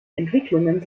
entwicklungen